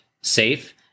safe